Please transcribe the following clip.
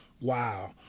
wow